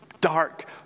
dark